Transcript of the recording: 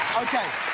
okay.